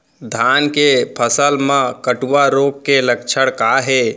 धान के फसल मा कटुआ रोग के लक्षण का हे?